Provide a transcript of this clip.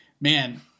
Man